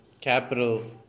capital